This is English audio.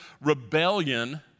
rebellion